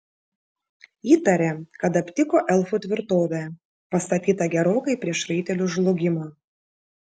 įtarė kad aptiko elfų tvirtovę pastatytą gerokai prieš raitelių žlugimą